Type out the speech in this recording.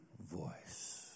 voice